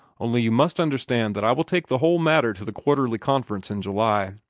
only you must understand that i will take the whole matter to the quarterly conference in july.